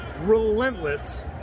relentless